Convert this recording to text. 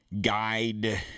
guide